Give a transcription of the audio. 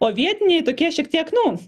o vietiniai tokie šiek tiek nu